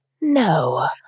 no